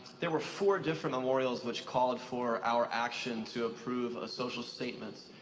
there were four different memorials which called for our action to approve a social statement.